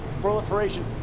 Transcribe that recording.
proliferation